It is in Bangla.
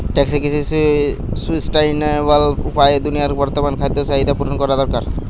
টেকসই কৃষি সুস্টাইনাবল উপায়ে দুনিয়ার বর্তমান খাদ্য চাহিদা পূরণ করা দরকার